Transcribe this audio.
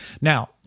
Now